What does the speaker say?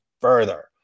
further